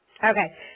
Okay